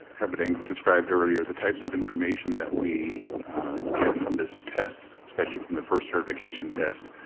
habedank described earlier, the types of information that we get from this test, especially from the first certification test,